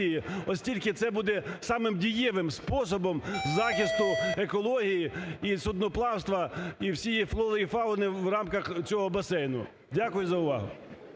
оскільки це буде самим дієвим способом захисту екології і судноплавства, і всієї флори і фауни в рамках цього басейну. Дякую за увагу.